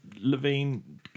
Levine